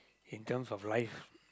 in terms of life